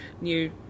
new